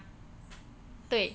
对